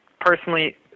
personally